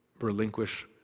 relinquish